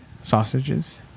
sausages